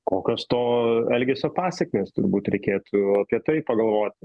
kokios to elgesio pasekmės turbūt reikėtų apie tai pagalvoti